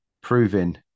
proving